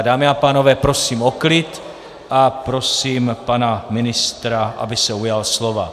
Dámy a pánové, prosím o klid a prosím pana ministra, aby se ujal slova.